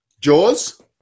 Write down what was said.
Jaws